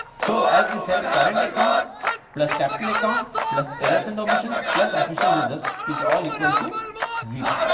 so, as we said current account plus capital account plus errors and omissions plus official reserves is all equal to zero.